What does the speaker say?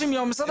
היא שולחת מייל,